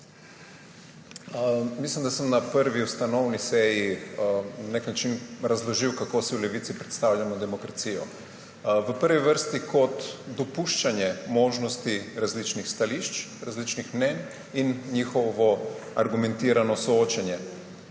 Mislim, da sem na prvi ustanovni seji na nek način razložil, kako si v Levici predstavljamo demokracijo. V prvi vrsti kot dopuščanje možnosti različnih stališč, različnih mnenj in njihovo argumentirano soočenje.